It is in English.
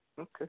Okay